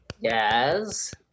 yes